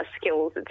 skills